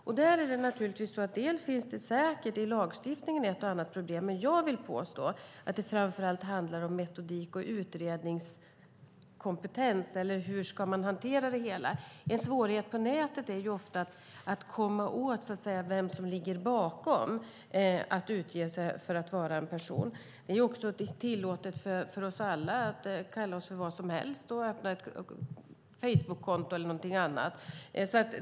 Det finns säkert ett och annat problem i lagstiftningen, men jag vill påstå att det framför allt handlar om metodik och utredningskompetens. Hur ska man hantera det hela? En svårighet på nätet är ofta att komma åt vem det är som utger sig för att vara en viss person. Det är ju tillåtet för oss alla att kalla oss för vad som helst och öppna Facebookkonton och annat.